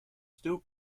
still